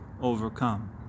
overcome